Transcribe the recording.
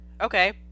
Okay